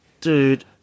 dude